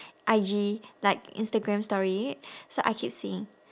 I_G like instagram storying it so I keep seeing